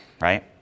right